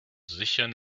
sicheren